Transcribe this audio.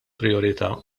prijorità